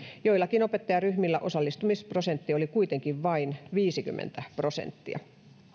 joillakin opettajaryhmillä osallistumisprosentti oli kuitenkin vain viisikymmentä prosenttia